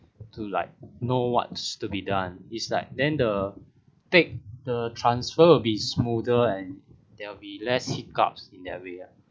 to like know what's to be done it's like then the take the transfer will be smoother and there will be less hiccups in that way ah